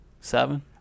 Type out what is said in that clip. Seven